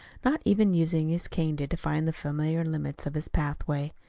not even using his cane to define the familiar limits of his pathway.